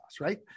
right